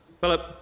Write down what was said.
Philip